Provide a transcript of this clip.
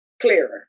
clearer